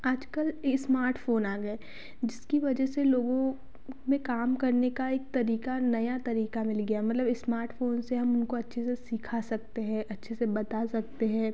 आजकल smart phone आ गए जिसकी वजह से लोगो में काम करने का एक तरीका नया तरीका मिल गया मतलब इस्मार्ट फ़ोन से हम उनको अच्छे से सिखा सकते है अच्छे से बता सकते है